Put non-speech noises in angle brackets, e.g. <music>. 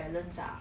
<laughs>